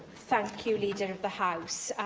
thank you, leader of the house.